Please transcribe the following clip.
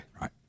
right